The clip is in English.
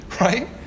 right